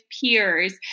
peers